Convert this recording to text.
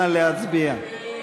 נא להצביע.